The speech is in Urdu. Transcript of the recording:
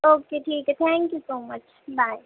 اوکے ٹھیک ہے thank you so much bye